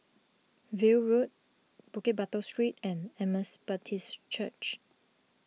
View Road Bukit Batok Street and Emmaus Baptist Church